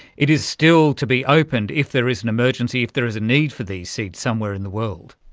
it is still to be opened if there is an emergency, if there is a need for these seeds somewhere in the world.